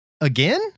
again